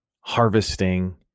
harvesting